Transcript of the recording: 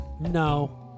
no